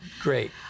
Great